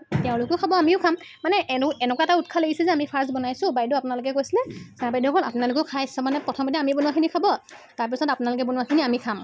তেওঁলোকেও খাব আমিও খাম মানে এনু এনেকুৱা এটা উৎসাহ লাগিছে যে আমি ফাৰ্ষ্ট বনাইছোঁ বাইদেউ আপোনালোকে কৈছিলে ছাৰ বাইদেউহঁত আপোনালোকেও খাই চাব মানে প্ৰথমতে আমি বনোৱাখিনি খাব তাৰপিছত আপোনালোকে বনোৱাখিনি আমি খাম